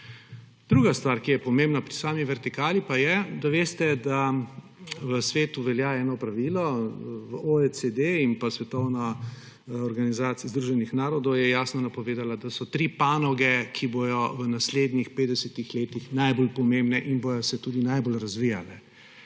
Druga stvar, ki je pomembna pri sami vertikali, pa je, da veste, da v svetu velja eno pravilo, OECD in pa svetovna Organizacija združenih narodov sta jasno napovedali, da so tri panoge, ki bodo v naslednjih 50 letih najbolj pomembne in se bodo tudi najbolj razvijale,